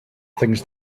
things